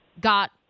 got